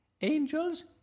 Angels